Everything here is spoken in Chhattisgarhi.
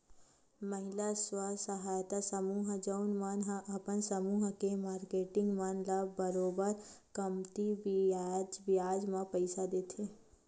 महिला स्व सहायता समूह जउन मन ह अपन समूह के मारकेटिंग मन ल बरोबर कमती बियाज म पइसा देथे